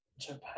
japan